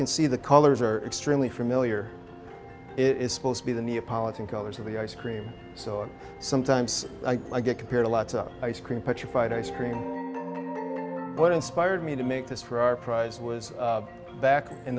can see the colors are extremely familiar it is supposed to be the neapolitan colors of the ice cream so sometimes i get compared a lot of ice cream petrified ice cream what inspired me to make this for our prize was back in